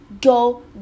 go